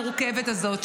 המורכבת הזאת,